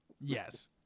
Yes